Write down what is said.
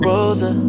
Rosa